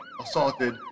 assaulted